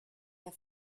der